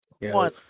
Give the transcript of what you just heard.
One